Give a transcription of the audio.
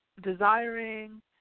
desiring